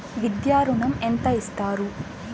విద్యా ఋణం ఎంత ఇస్తారు?